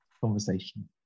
conversation